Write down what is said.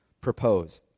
propose